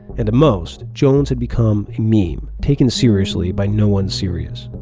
and to most jones had become a meme taken seriously by no one serious.